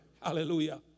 Hallelujah